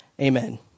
amen